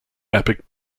epic